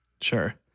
Sure